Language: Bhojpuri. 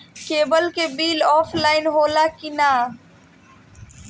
केबल के बिल ऑफलाइन होला कि ना?